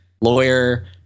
lawyer